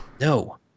no